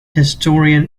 historian